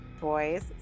boys